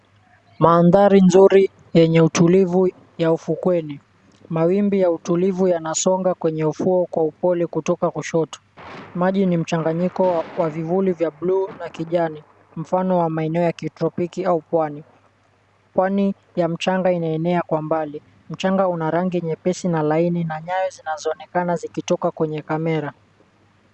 Mandhari nzuri yenye utulivu ya ufukweni. Mawimbi ya utulivu yanasonga kwenye ufuo kwa upole kutoka kushoto. Maji ni mchanganyiko wa vivuli vya buluu na kijani, mfano wa maeneo ya kitropiki au pwani. Pwani ya mchanga inaenea kwa mbali, mchanga una rangi nyepesi na laini na nyayo zinazoonekana zikitoka kwenye kamera .